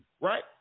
Right